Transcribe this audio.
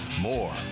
more